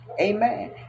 Amen